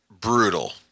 brutal